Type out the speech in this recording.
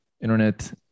internet